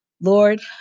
Lord